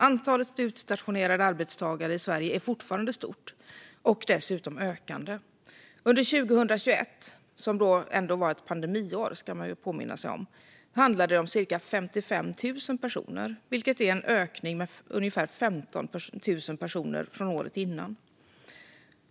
Antalet utstationerade arbetstagare i Sverige är fortfarande stort och dessutom ökande. Under 2021 - som ändå var ett pandemiår, ska man ju påminna sig om - handlar det om cirka 55 000 personer, vilket är en ökning med ungefär 15 000 personer jämfört med året innan.